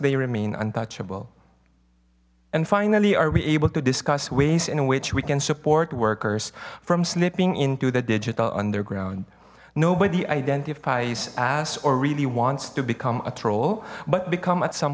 they remain untouchable and finally are we able to discuss ways in which we can support workers from slipping into the digital underground nobody identifies us or really wants to become a troll but become at some